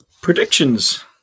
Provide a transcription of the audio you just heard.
Predictions